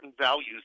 values